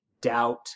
doubt